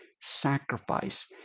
sacrifice